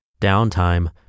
Downtime